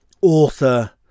Author